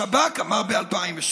השב"כ אמר ב-2017,